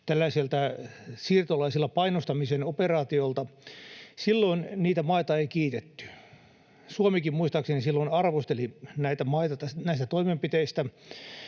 tällaiselta siirtolaisilla painostamisen operaatiolta. Silloin niitä maita ei kiitetty. Suomikin muistaakseni silloin arvosteli näitä maita näistä